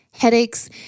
headaches